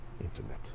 Internet